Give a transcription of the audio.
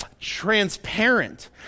transparent